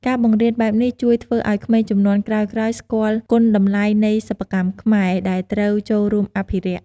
ការបង្រៀនបែបនេះជួយធ្វើឲ្យក្មេងជំនាន់ក្រោយៗ ស្គាល់គុណតម្លៃនៃសិប្បកម្មខ្មែរ ដែលត្រូវចូលរួមអភិរក្ស ។